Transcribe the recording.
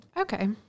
okay